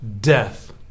death